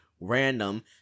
Random